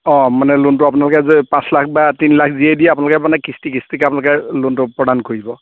অ' মানে লোনটো আপোনালোকে যে পাঁচ লাখ বা তিনি লাখ যিয়ে দি আপোনালোকে মানে কিষ্টি কিষ্টিকৈ আপোনালোকে লোনটো প্ৰদান কৰিব